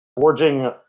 forging